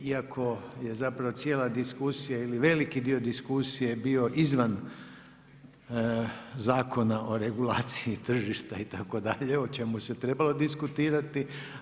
Iako je zapravo cijela diskusija ili veliki dio diskusije bio izvan Zakona o regulaciji tržišta itd. o čemu se trebalo diskutirati.